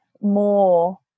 more